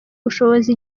bushobozi